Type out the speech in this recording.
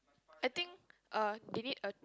I think uh they need a